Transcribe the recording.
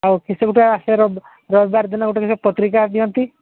ଆଉ କିସ ଗୋଟିଏ ଆସେ ରବିବାର ଦିନ ଗୋଟିଏ ଲେଖା ପତ୍ରିକା ଦିଅନ୍ତି